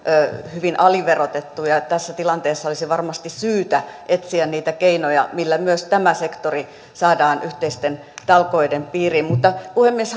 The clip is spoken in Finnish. hyvin aliverotettu ja tässä tilanteessa olisi varmasti syytä etsiä niitä keinoja millä myös tämä sektori saadaan yhteisten talkoiden piiriin mutta puhemies